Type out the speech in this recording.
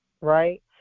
right